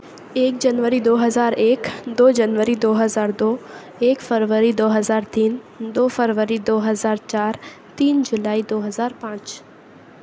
ایک جنوری دو ہزار ایک دو جنوری دو ہزار دو ایک فروری دو ہزار تین دو فروری دو ہزار چار تین جولائی دو ہزار پانچ